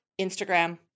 Instagram